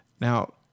Now